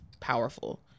Powerful